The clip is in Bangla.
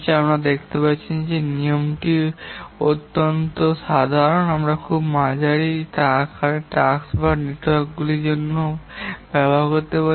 আপনি দেখতে পাচ্ছেন যে নিয়মটি অত্যন্ত সাধারণ আমরা খুব ছোট বা মাঝারি আকারের টাস্ক নেটওয়ার্কগুলির জন্য করতে পারি